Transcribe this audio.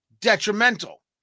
detrimental